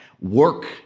Work